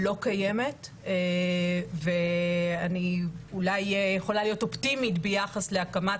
לא קיימת ואני אולי יכולה להיות אופטימית ביחס להקמת